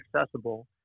accessible